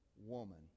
woman